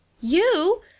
You